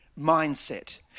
mindset